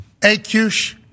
AQ